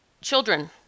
children